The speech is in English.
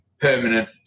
permanent